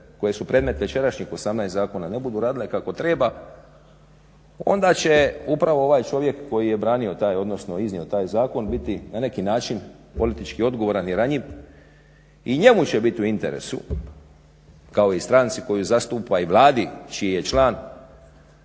koje su predmet večerašnjih 18 zakona ne budu radile kako treba, onda će upravo ovaj čovjek koji je branio taj, odnosno iznio taj zakon biti na neki način politički odgovoran i ranjiv i njemu će biti u interesu kao i stranci koju zastupa i Vladi čiji je član